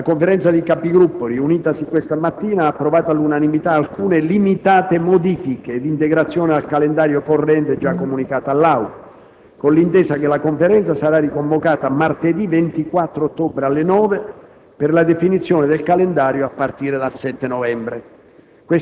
La Conferenza dei Capigruppo, riunitasi questa mattina, ha approvato all'unanimità alcune limitate modifiche ed integrazioni al calendario corrente, già comunicato all'Assemblea, con l'intesa che la Conferenza sarà riconvocata martedì 24 ottobre alle ore 9 per la definizione del calendario a partire dal 7 novembre.